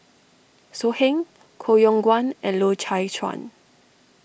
So Heng Koh Yong Guan and Loy Chye Chuan